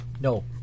No